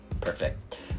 Perfect